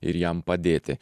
ir jam padėti